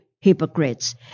hypocrites